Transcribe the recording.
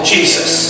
Jesus